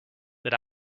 that